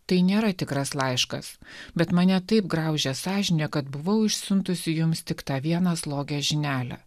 tai nėra tikras laiškas bet mane taip graužia sąžinė kad buvau išsiuntusi jums tik tą vieną slogią žinelę